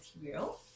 material